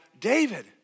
David